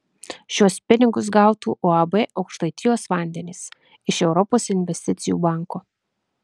šiuos pinigus gautų uab aukštaitijos vandenys iš europos investicijų banko